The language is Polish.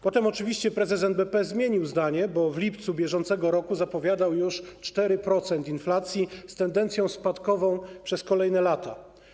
Potem oczywiście prezes NBP zmienił zdanie, bo w lipcu br. zapowiadał już 4% inflacji z tendencją spadkową przez kolejne lata.